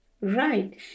right